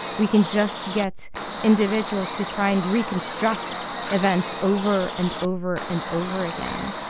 we can just get individuals to try and reconstruct events over and over and over again.